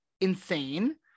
insane